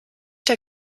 der